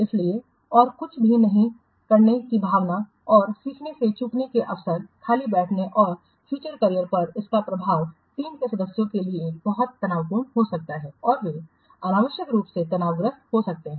इसलिए और कुछ भी नहीं करने की भावना और सीखने में चूक के अवसरों खाली बैठने और फ्यूचर करियर पर इनका प्रभाव टीम के सदस्यों के लिए बहुत तनावपूर्ण हो सकता है और वे अनावश्यक रूप से तनावग्रस्त होंगे